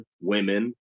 women